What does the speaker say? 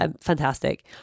Fantastic